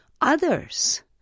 Others